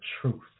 truth